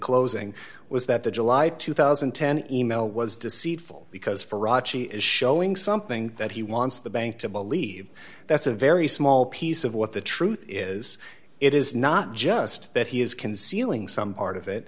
closing was that the july two thousand and ten e mail was deceitful because for raj is showing something that he wants the bank to believe that's a very small piece of what the truth is it is not just that he is concealing some part of it